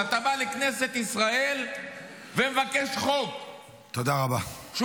אתה בא לכנסת ישראל ומבקש חוק מיותר.